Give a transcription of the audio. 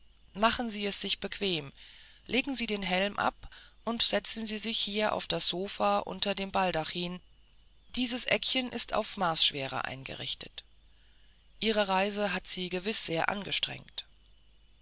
machen sie es sich bequem legen sie den helm ab und setzen sie sich hier auf das sofa unter dem baldachin dieses eckchen ist auf marsschwere eingerichtet ihre reise hat sie gewiß sehr angestrengt